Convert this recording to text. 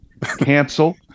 cancel